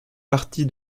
partie